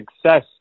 success